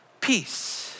peace